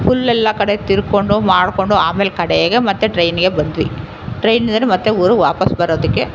full ಎಲ್ಲ ಕಡೆ ತಿರ್ಕೊಂಡು ಮಾಡಿಕೊಂಡು ಆಮೇಲೆ ಕಡೆಗೆ ಮತ್ತೆ ಟ್ರೈನಿಗೆ ಬಂದ್ವಿ ಟ್ರೈನ್ ಅಂದರೆ ಮತ್ತೆ ಊರು ವಾಪಾಸ್ಸು ಬರೋದಕ್ಕೆ